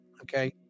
Okay